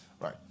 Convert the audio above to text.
Right